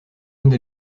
comme